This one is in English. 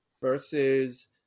versus